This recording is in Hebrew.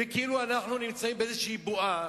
וכאילו אנחנו נמצאים באיזו בועה,